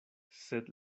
sed